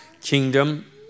kingdom